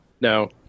No